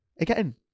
again